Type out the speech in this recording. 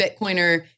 Bitcoiner